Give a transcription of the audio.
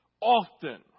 Often